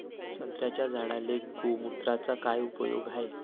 संत्र्याच्या झाडांले गोमूत्राचा काय उपयोग हाये?